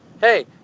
Hey